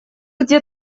где